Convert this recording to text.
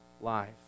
life